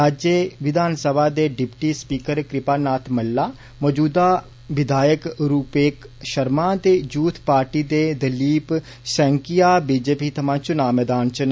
राज्य विधान सभा दे डिप्टी स्पीकर कृपा नाथ मल्ला मौजूदा विधायक रुपक षर्मा ते यूथ पार्टी दे Dilip Saikia B J P थमां चुना मैदान च न